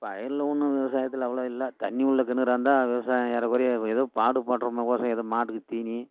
பயிரில் ஒன்றும் விவசாயத்தில் அவ்வளோ இல்லை தண்ணி உள்ள கிணரா இருந்தால் விவசாயம் ஏறக்குறைய எதோ பாடுபடுரோமே கோசம் எதோ மாட்டுக்கு தீனி